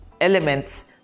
elements